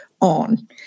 on